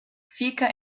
fica